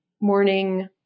morning